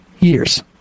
years